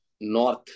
North